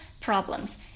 problems